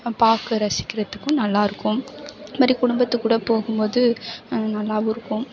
பார்க்க ரசிக்கிறதுக்கும் நல்லா இருக்கும் இது மாதிரி குடும்பத்துக்கூட போகும்போது நல்லாவும் இருக்கும்